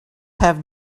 have